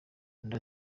undi